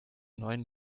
neuen